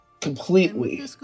completely